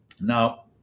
now